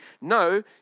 No